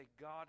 God